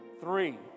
Three